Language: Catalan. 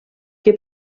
que